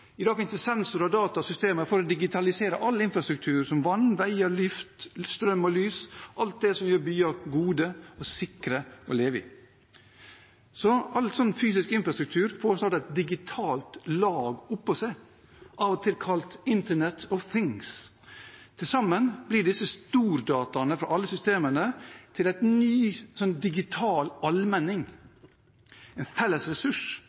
I dag finnes det sensorer og datasystemer for å digitalisere all infrastruktur, som vann, veier, luft, strøm og lys – alt det som gjør byer gode og sikre å leve i. Så all slik fysisk infrastruktur får snart et digitalt lag oppå seg – av og til kalt «Internet of Things». Til sammen blir disse stordataene fra alle systemene til en ny digital allmenning, en felles ressurs,